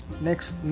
Next